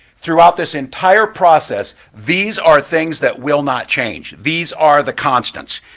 throughout this entire process these are things that will not change. these are the constants.